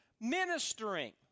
ministering